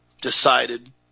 decided